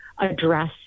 address